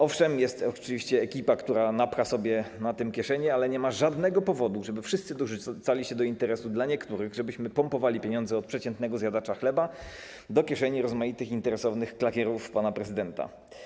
Owszem, jest oczywiście ekipa, która napcha sobie przy tym kieszenie, ale nie ma żadnego powodu, żeby wszyscy dorzucali się do interesu dla niektórych, żebyśmy pompowali pieniądze od przeciętnego zjadacza chleba do kieszeni rozmaitych interesownych klakierów pana prezydenta.